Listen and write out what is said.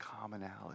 commonality